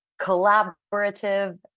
collaborative